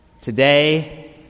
today